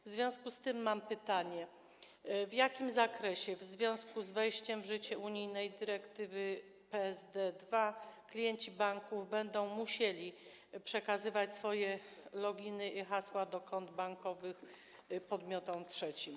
W związku z tym mam pytanie: W jakim zakresie w związku z wejściem w życie unijnej dyrektywy PSD 2 klienci banków będą musieli przekazywać swoje loginy i hasła do kont bankowych podmiotom trzecim?